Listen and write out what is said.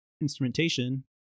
instrumentation